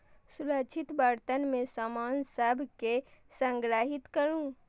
सुरक्षित बर्तन मे सामान सभ कें संग्रहीत करू